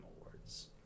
Awards